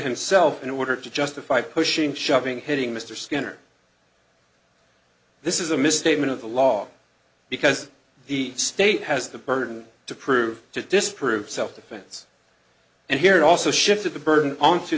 himself in order to justify pushing shoving hitting mr skinner this is a misstatement of the law because the state has the burden to prove to disprove self defense and here it also shifted the burden on t